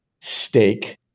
steak